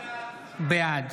בעד